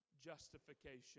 justification